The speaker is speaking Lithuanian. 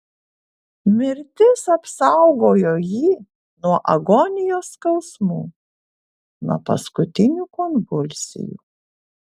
mirtis apsaugojo jį nuo agonijos skausmų nuo paskutinių konvulsijų